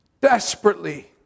desperately